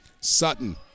Sutton